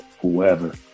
whoever